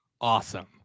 awesome